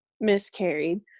miscarried